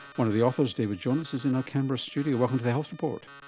one of the authors, david jonas, is in our canberra studio. welcome to the health report.